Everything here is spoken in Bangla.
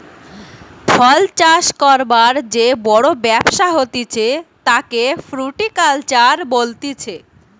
ফল চাষ করবার যে বড় ব্যবসা হতিছে তাকে ফ্রুটিকালচার বলতিছে